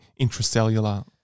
intracellular